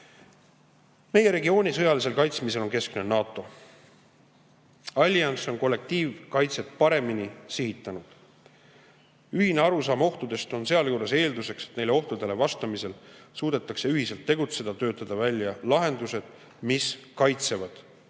Meie regiooni sõjalisel kaitsmisel on kesksel kohal NATO. Allianss on kollektiivkaitset paremini sihitanud. Ühine arusaam ohtudest on sealjuures eelduseks, et neile ohtudele vastamisel suudetakse ühiselt tegutseda, töötada välja lahendused, mis kaitsevad